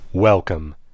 Welcome